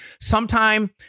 sometime